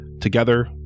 Together